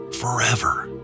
forever